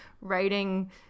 writing